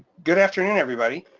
good afternoon, everybody.